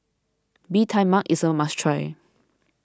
Bee Tai Mak is a must try